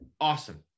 awesome